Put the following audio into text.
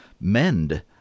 mend